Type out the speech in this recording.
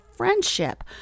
Friendship